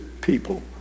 people